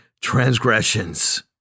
transgressions